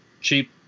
cheap